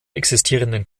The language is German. existierenden